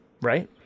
right